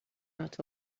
not